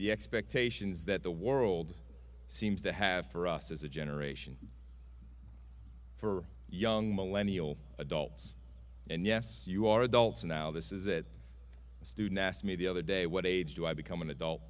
the expectations that the world seems to have for us as a generation for young millennial adults and yes you are adults now this is it a student asked me the other day what age do i become an adult